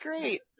great